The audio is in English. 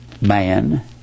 man